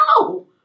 No